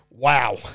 Wow